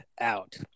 out